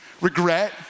regret